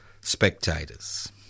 spectators